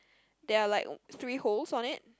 there are like um three holes on it